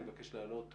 אני מבקש להעלות את